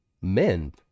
men